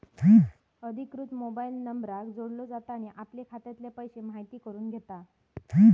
अधिकृत मोबाईल नंबराक जोडलो जाता आणि आपले खात्यातले पैशे म्हायती करून घेता